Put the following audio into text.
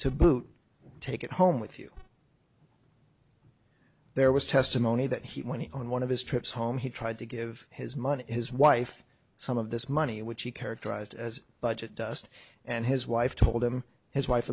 to boot take it home with you there was testimony that he when he on one of his trips home he tried to give his money his wife some of this money which he characterized as budget dust and his wife told him his wife